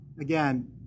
again